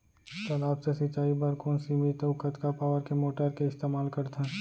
तालाब से सिंचाई बर कोन सीमित अऊ कतका पावर के मोटर के इस्तेमाल करथन?